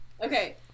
Okay